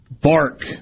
Bark